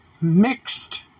mixed